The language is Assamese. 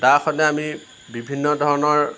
দাখনে বিভিন্ন ধৰণৰ